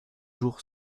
jour